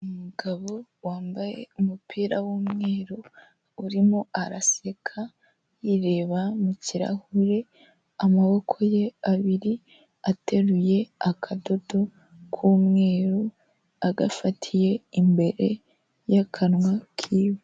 Umugabo wambaye umupira w'umweru urimo araseka yireba mu kirahure, amaboko ye abiri ateruye akadodo k'umweru agafatiye imbere yakanwa ke.